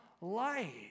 light